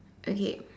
okay